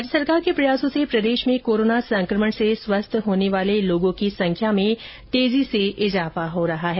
राज्य सरकार के प्रयासों से प्रदेश में कोरोना संकमण से स्वस्थ होने वालों की संख्या में तेजी से इजाफा हो रहा है